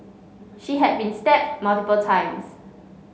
she had been stabbed multiple times